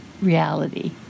reality